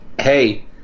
hey